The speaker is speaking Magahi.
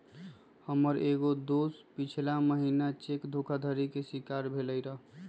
हमर एगो दोस पछिला महिन्ना चेक धोखाधड़ी के शिकार भेलइ र